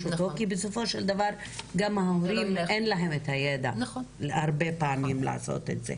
אותו כי בסופו של דבר גם להורים אין את הידע הרבה פעמים לעשות את זה.